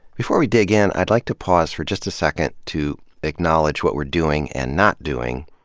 before we dig in, i'd like to pause for just a second to acknowledge what we're doing, and not doing,